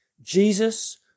Jesus